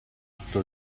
tutto